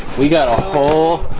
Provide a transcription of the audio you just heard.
we got a whole